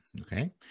Okay